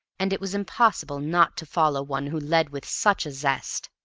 and it was impossible not to follow one who led with such a zest.